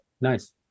Nice